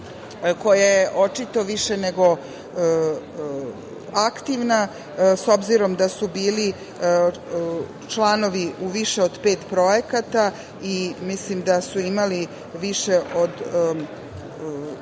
koja je očito više nego aktivna, s obzirom da su bili članovi u više od pet projekata i mislim da su imali veliki